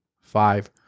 Five